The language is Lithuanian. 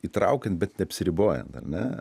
įtraukiant bet neapsiribojant ar ne